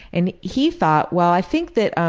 and he thought well, i think that